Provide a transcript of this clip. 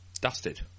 dusted